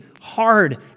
hard